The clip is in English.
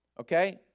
Okay